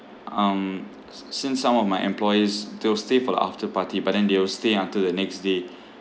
um s~ since some of my employees they'll stay for the after party but then they will stay until the next day